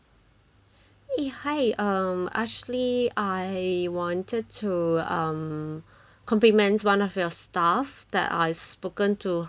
eh hi um actually I wanted to um compliment one of your staff that I've spoken to her